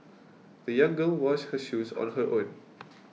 the young girl washed her shoes on her own